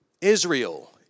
Israel